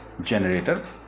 generator